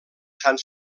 sant